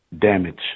damage